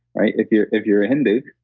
if you're if you're a hindu,